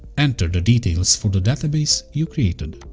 enter the details for the database you created.